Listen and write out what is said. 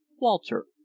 Walter